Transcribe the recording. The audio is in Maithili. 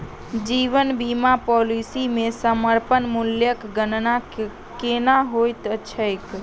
जीवन बीमा पॉलिसी मे समर्पण मूल्यक गणना केना होइत छैक?